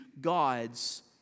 God's